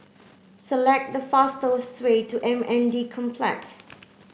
select the fastest way to M N D Complex